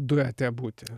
duete būti